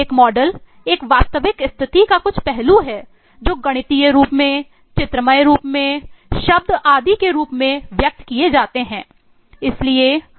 एक मॉडल एक वास्तविक स्थिति का कुछ पहलू हैं जो गणितीय रूप में चित्रमय रूप में शब्द आदि के रूप में व्यक्त किए जाते हैं